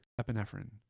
epinephrine